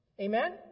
Amen